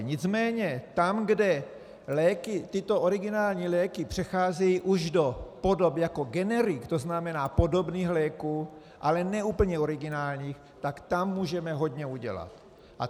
Nicméně tam, kde tyto originální léky přecházejí už do podob jako generik, to znamená podobných léků, ale ne úplně originálních, tak tam můžeme hodně udělat.